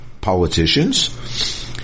politicians